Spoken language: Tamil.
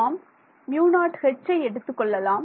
நாம் μ0H எடுத்துக் கொள்ளலாம்